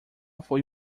foi